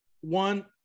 One